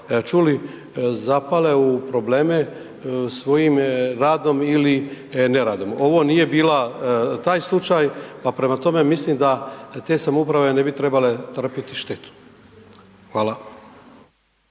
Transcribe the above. čuli, zapale u probleme svojim radom ili neradom. Ovo nije bila taj slučaj, pa prema tome, mislim da te samouprave ne bi trebale trpjeti štetu. Hvala.